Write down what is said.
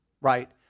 Right